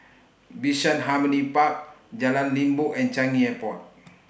Bishan Harmony Park Jalan Limbok and Changi Airport